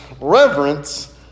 reverence